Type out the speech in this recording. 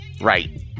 right